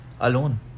alone